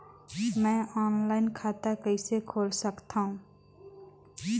मैं ऑनलाइन खाता कइसे खोल सकथव?